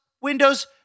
Windows